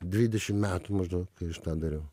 dvidešim metų maždau kai aš tą dariau